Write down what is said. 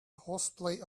horseplay